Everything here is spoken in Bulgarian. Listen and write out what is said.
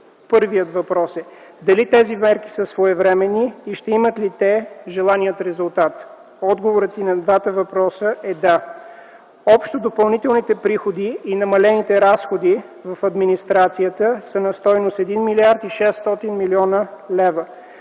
Първият въпрос е дали тези мерки са своевременни и ще имат ли те желания резултат? Отговорът и на двата въпроса е: да. Общо допълнителните приходи и намалените разходи в администрацията са на стойност 1 млрд. 600 млн. лв.